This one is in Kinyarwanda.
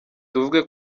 tuvuge